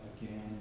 again